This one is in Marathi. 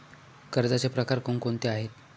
कर्जाचे प्रकार कोणकोणते आहेत?